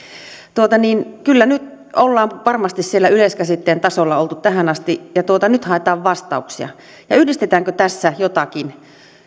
kyllä nyt ollaan varmasti siellä yleiskäsitteen tasolla oltu tähän asti ja nyt haetaan vastauksia ja yhdistetäänkö tässä jotakin